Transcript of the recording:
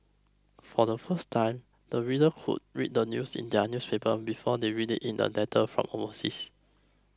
for the first time the readers could read the news in their newspaper before they read it in letters from overseas